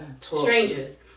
strangers